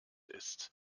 ist